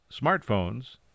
smartphones